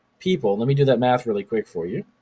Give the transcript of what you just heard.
people, let me do that math really quick for you.